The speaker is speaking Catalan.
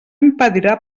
impedirà